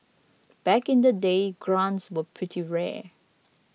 back in the day grants were pretty rare